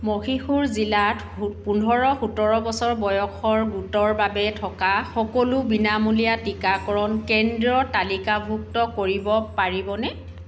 মহীশূৰ জিলাত হো পোন্ধৰ সোতৰ বছৰ বয়সৰ গোটৰ বাবে থকা সকলো বিনামূলীয়া টীকাকৰণ কেন্দ্ৰ তালিকাভুক্ত কৰিব পাৰিবনে